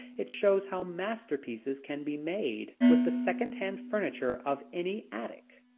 it shows how masterpieces can be made, with the second-hand furniture of any attic.